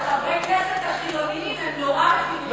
אבל חברי הכנסת החילונים הם נורא מבינים,